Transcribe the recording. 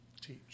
teach